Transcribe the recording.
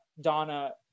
Donna